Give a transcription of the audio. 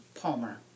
Palmer